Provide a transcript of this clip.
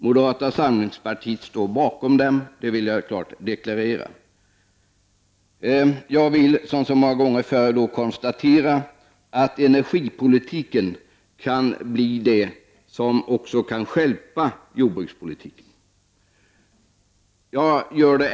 Moderata samlingspartiet står bakom dem. Det vill jag klart deklarera. Jag konstaterar, såsom moderata samlingspartiet tidigare har sagt, att energipolitiken kan bli det som stjälper jordbrukspolitiken.